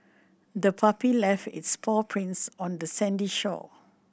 the puppy left its paw prints on the sandy shore